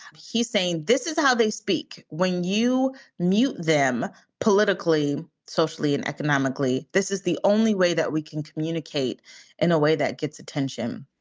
he's saying this is how they speak when you meet them politically, socially and economically. this is the only way that we can communicate in a way that gets attention